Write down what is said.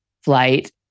flight